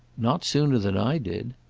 not sooner than i did.